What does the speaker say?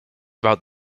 about